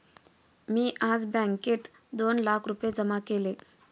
मी आज बँकेत दोन लाख रुपये जमा केले